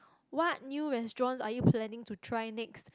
what new restaurants are you planning to try next